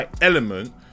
element